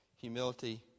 humility